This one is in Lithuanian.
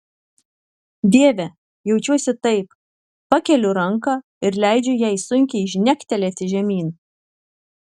dieve jaučiuosi taip pakeliu ranką ir leidžiu jai sunkiai žnegtelėti žemyn